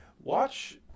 Watch